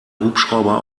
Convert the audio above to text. hubschrauber